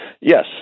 Yes